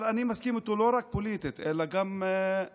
אבל אני מסכים איתו לא רק פוליטית אלא גם רעיונית.